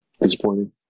Disappointing